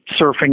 surfing